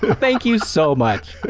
thank you so much.